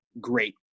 great